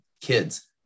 kids